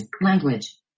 Language